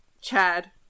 Chad